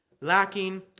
lacking